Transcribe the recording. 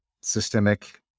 systemic